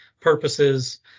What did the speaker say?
purposes